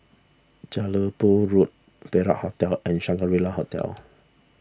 Jelebu Road Perak Hotel and Shangri La Hotel